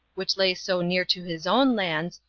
which lay so near to his own lands,